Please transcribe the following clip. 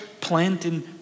planting